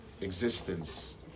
existence